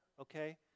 okay